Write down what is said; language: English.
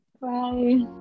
bye